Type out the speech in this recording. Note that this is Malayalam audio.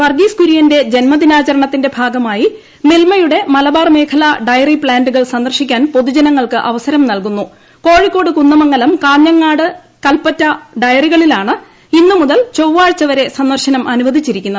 വർഗീസ്കുര്യന്റെ ജന്മദിനാചരണത്തിന്റെ ഭാഗമായി മിൽമയുടെ മലബാർ മേഖല ഡയറി പ്താന്റുകൾ സന്ദർശിക്കാൻ പൊതുജനങ്ങൾക്ക് അവസരം നൽകുന്നുള്ള കോഴിക്കോട് കുന്ദമംഗലം കാഞ്ഞങ്ങൾട് കല്പറ്റ ഡയറികളിലാണ് ഇന്ന് മുതൽ ചൊവ്വാഴ്ച്ചവരെ സി്ട്ർശ്നം അനുവദിച്ചിരിക്കുന്നത്